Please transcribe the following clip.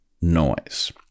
noise